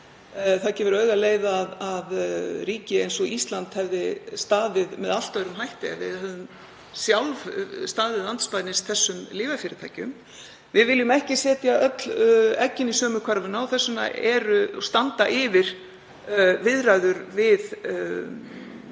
Það gefur augaleið að ríki eins og Ísland hefði staðið með allt öðrum hætti ef við hefðum sjálf staðið andspænis þessum lyfjafyrirtækjum. Við viljum ekki setja öll eggin í sömu körfuna og þess vegna standa yfir viðræður við